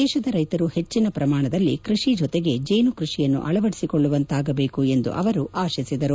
ದೇಶದ ರೈತರು ಹೆಚ್ಚಿನ ಪ್ರಮಾಣದಲ್ಲಿ ಕೃಷಿ ಜೊತೆಗೆ ಜೇನು ಕೃಷಿಯನ್ನು ಅಳವದಿಸಿಕೊಳ್ಳುವಂತಾಗಬೇಕು ಎಂದು ಅವರು ಆಶಿಸಿದರು